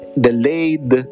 delayed